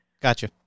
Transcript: Gotcha